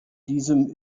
diesem